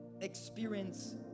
experience